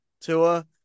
Tua